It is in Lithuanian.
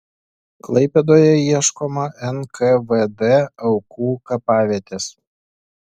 klaipėdoje ieškoma nkvd aukų kapavietės